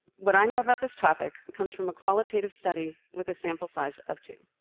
what i know about this topic comes from a qualitative study with a sample size of two.